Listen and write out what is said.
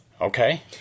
Okay